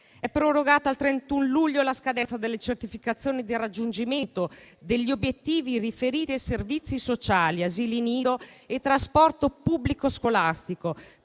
È prorogata al 31 luglio la scadenza delle certificazioni di raggiungimento degli obiettivi riferiti ai servizi sociali, asili nido e trasporto pubblico scolastico